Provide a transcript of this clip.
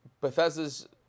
bethesda's